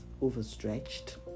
overstretched